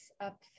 up